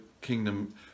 kingdom